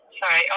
sorry